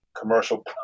commercial